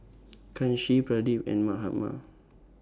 Kanshi Pradip and Mahatma